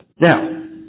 Now